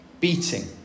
Beating